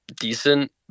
decent –